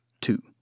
two